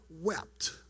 wept